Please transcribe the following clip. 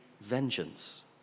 vengeance